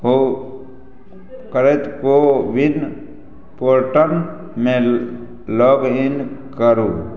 को करैत कोविन पोर्टल मे लॉगइन करू